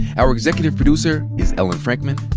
our executive producer is ellen frankman.